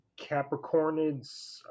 Capricornids